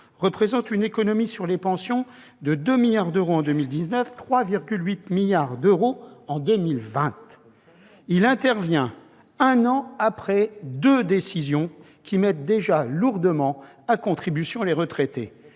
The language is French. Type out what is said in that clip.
représente une économie sur les pensions de 2 milliards d'euros en 2019 et de 3,8 milliards d'euros en 2020. Il intervient un an après deux décisions qui mettent déjà lourdement à contribution les retraités